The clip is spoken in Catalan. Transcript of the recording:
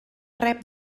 rep